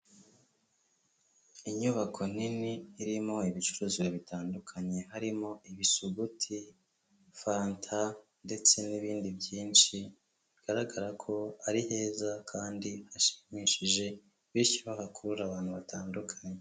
Inyubako nini irimo ibicuruzwa bitandukanye, harimo ibisuguti, fanta ndetse n'ibindi byinshi, bigaragara ko ari heza kandi hashimishije, bityo hakurura abantu batandukanye.